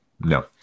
no